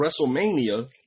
WrestleMania